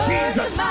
Jesus